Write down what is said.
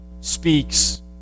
speaks